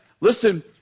listen